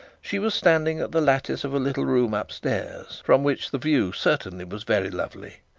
she was standing at the lattice of a little room up stairs, from which the view certainly was very lovely.